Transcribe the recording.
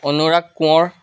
Anurag Konwar